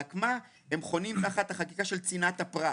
רק הם חונים תחת החקיקה של צנעת הפרט.